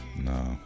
No